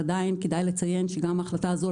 עדיין כדאי לציין שגם ההחלטה הזו על